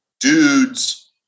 Dudes